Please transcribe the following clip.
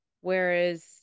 Whereas